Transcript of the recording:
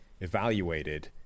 evaluated